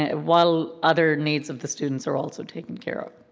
ah while other needs of the students are also taken care of.